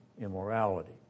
immorality